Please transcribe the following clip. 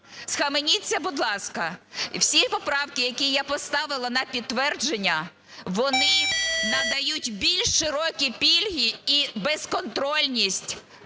Схаменіться, будь ласка. Всі поправки, які я поставила на підтвердження, вони надають більш широкі пільги і безконтрольність